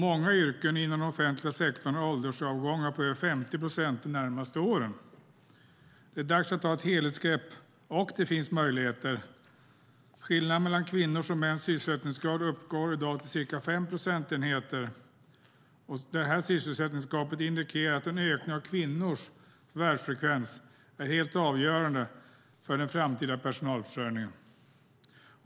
Många yrken inom den offentliga sektorn har åldersavgångar på över 50 procent de närmaste åren. Det är dags att ta ett helhetsgrepp, och det finns möjligheter. Skillnaden mellan kvinnors och mäns sysselsättningsgrad uppgår i dag till ca 5 procentenheter. Sysselsättningsgapet indikerar att en ökning av kvinnors förvärvsfrekvens är helt avgörande för den framtida personalförsörjningen.